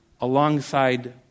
alongside